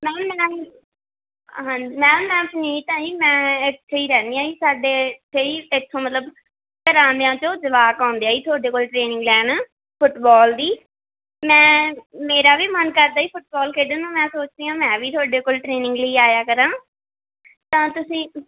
ma'am ਮੈਂ ਹਾਂਜੀ ma'am ਮੈਂ ਪੁਨੀਤ ਹਾਂ ਜੀ ਮੈਂ ਇੱਥੇ ਹੀ ਰਹਿੰਦੀ ਹਾਂ ਜੀ ਸਾਡੇ ਕਈ ਇੱਥੋਂ ਮਤਲਬ ਘਰਾਂ ਦਿਆਂ 'ਚੋਂ ਜਵਾਕ ਆਉਂਦੇ ਆ ਤੁਹਾਡੇ ਕੋਲ ਟ੍ਰੇਨਿੰਗ ਲੈਣ ਫੁੱਟਬਾਲ ਦੀ ਮੈਂ ਮੇਰਾ ਵੀ ਮਨ ਕਰਦਾ ਜੀ ਫੁੱਟਬਾਲ ਖੇਡਣ ਨੂੰ ਮੈਂ ਸੋਚਦੀ ਹਾਂ ਮੈਂ ਵੀ ਤੁਹਾਡੇ ਕੋਲ ਟ੍ਰੇਨਿੰਗ ਲਈ ਆਇਆ ਕਰਾਂ ਤਾਂ ਤੁਸੀਂ